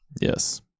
yes